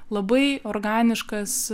labai organiškas